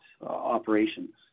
operations